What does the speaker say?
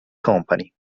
company